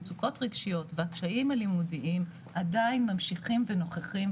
מצוקות רגשיות והקשיים הלימודיים עדיין ממשיכים ונוכחים,